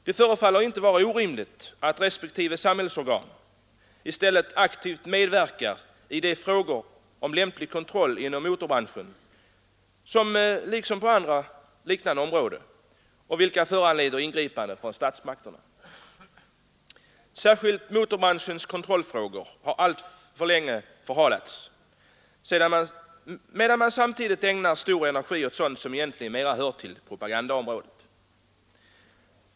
Det förefaller inte vara orimligt att respektive samhällsorgan i stället aktivt medverkade till en lämplig kontroll inom motorbranschen — liksom på andra motsvarande områden — i frågor som kan föranleda ingripande från statsmakterna. Särskilt motorbranschens kontrollfrågor har alltför länge förhalats medan man samtidigt ägnar stor energi åt sådant som egentligen mer hör till propagandaområdet.